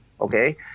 okay